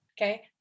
okay